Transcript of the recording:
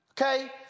okay